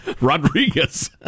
Rodriguez